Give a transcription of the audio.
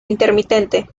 intermitente